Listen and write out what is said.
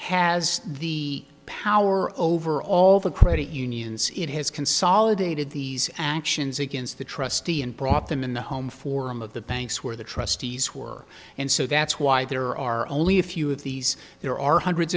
has the power over all the credit unions it has consolidated these actions against the trustee and brought them in the home form of the banks where the trustees were and so that's why there are only a few of these there are hundreds